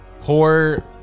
Poor